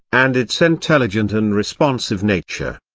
and its intelligent and responsive nature.